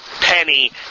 penny